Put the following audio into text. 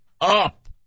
up